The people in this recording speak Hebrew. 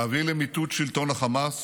להביא למיטוט שלטון החמאס,